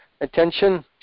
attention